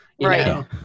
Right